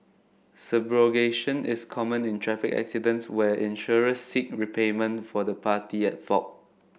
subrogation is common in traffic accidents where insurers seek repayment for the party at fault